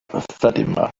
fatima